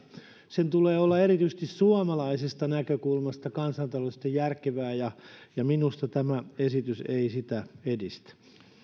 sen tulee olla erityisesti suomalaisesta näkökulmasta kansantaloudellisesti järkevää ja minusta tämä esitys ei sitä edistä